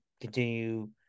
continue